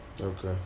Okay